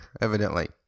evidently